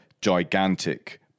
gigantic